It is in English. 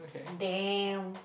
damn